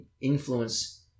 influence